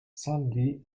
suddenly